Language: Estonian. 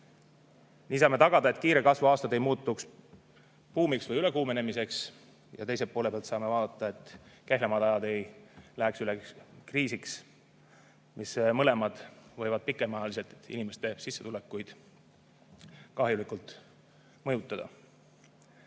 Nii saame tagada, et kiire kasvu aastad ei muutuks buumiks või ülekuumenemiseks, ja saame vaadata, et kehvemad ajad ei läheks üle kriisiks. Mõlemad võivad pikaajaliselt inimeste sissetulekuid kahjulikult mõjutada.